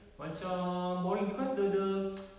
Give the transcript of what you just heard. macam boring because the the